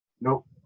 Nope